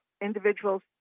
individuals